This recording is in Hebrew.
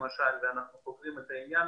ואנחנו חוקרים את העניין,